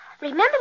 Remember